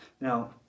Now